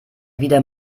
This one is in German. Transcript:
wieder